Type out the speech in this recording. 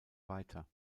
weiter